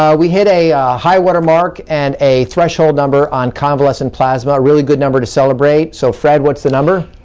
ah we hit a high-water mark and a threshold number on convalescent plasma. a really good number to celebrate. so fred, what's the number?